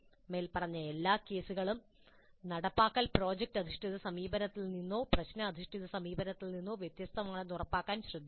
മേൽപ്പറഞ്ഞ എല്ലാ കേസുകളിലും ഈ നടപ്പാക്കൽ പ്രോജക്റ്റ് അധിഷ്ഠിത സമീപനത്തിൽ നിന്നോ പ്രശ്നഅധിഷ്ഠിത സമീപനത്തിൽ നിന്നോ വ്യത്യസ്തമാണെന്ന് ഉറപ്പാക്കാൻ ശ്രദ്ധിക്കണം